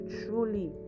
truly